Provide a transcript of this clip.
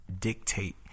dictate